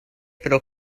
pro